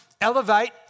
Elevate